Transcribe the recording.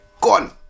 Gone